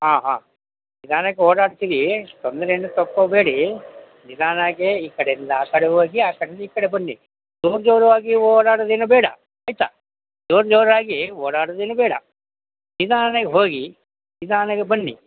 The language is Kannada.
ಹಾಂ ಹಾಂ ನಿಧಾನಕ್ಕೆ ಓಡಾಡ್ತಿರಿ ತೊಂದರೆ ಏನು ತಗೊಬೇಡಿ ನಿಧಾನಕ್ಕೆ ಈ ಕಡೆಯಿಂದ ಆ ಕಡೆ ಹೋಗಿ ಆ ಕಡೆಯಿಂದ ಈ ಕಡೆ ಬನ್ನಿ ಜೋರು ಜೋರಾಗಿ ಓಡಾಡೋದು ಏನು ಬೇಡ ಆಯಿತಾ ಜೋರು ಜೋರಾಗಿ ಓಡಾಡೋದು ಏನು ಬೇಡ ನಿಧಾನಕ್ ಹೋಗಿ ನಿಧಾನಕ್ ಬನ್ನಿ